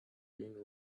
been